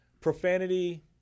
Profanity